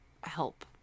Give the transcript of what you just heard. help